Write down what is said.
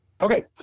okay